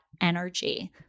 energy